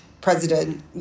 president